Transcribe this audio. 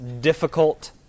difficult